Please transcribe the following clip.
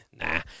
Nah